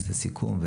נעשה סיכום,